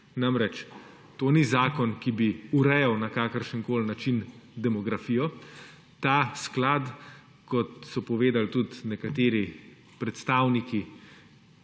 Namreč, to ni zakon, ki bi urejal, na kakršenkoli način, demografijo. Ta sklad, kot so povedali tudi nekateri predstavniki,